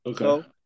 Okay